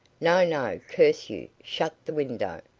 no, no. curse you. shut the window.